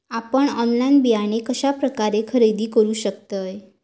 आपन ऑनलाइन बियाणे कश्या प्रकारे खरेदी करू शकतय?